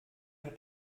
hat